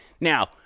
Now